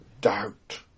doubt